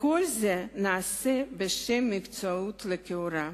וכל זה נעשה בשם המקצועיות לכאורה.